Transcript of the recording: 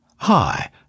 Hi